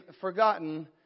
forgotten